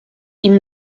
ihm